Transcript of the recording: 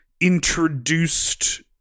introduced